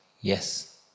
Yes